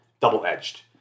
double-edged